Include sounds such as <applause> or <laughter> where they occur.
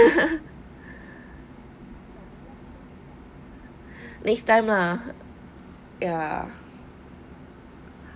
<laughs> this time lah ya